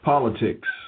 Politics